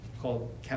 called